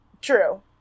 True